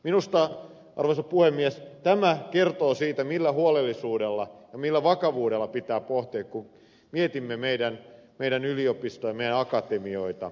minusta arvoisa puhemies tämä kertoo siitä millä huolellisuudella ja millä vakavuudella pitää pohtia kun mietimme meidän yliopistojamme ja akatemioitamme